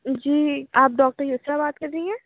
جی آپ ڈاکٹر یسریٰ بات کر رہی ہیں